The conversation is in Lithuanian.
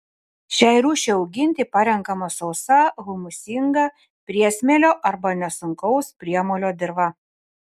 šiai rūšiai auginti parenkama sausa humusingą priesmėlio arba nesunkaus priemolio dirva